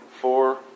four